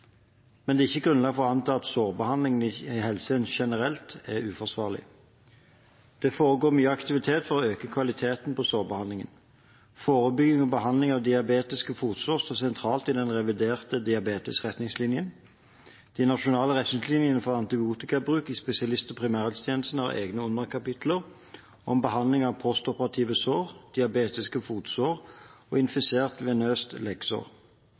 men det er ikke grunnlag for å anta at sårbehandling i helsetjenesten generelt er uforsvarlig. Det foregår mye aktivitet for å øke kvaliteten på sårbehandling. Forebygging og behandling av diabetiske fotsår står sentralt i den reviderte diabetesretningslinjen. De nasjonale retningslinjene for antibiotikabruk i spesialist- og primærhelsetjenesten har egne underkapitler om behandling av postoperative sår, diabetiske fotsår og infisert, venøst leggsår.